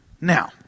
Now